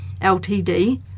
Ltd